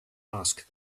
asked